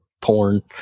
porn